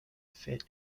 fit